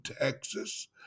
Texas